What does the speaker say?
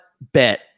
Bet